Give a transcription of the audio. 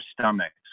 stomachs